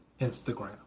Instagram